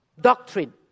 doctrine